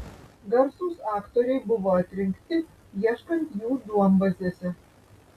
garsūs aktoriai buvo atrinkti ieškant jų duombazėse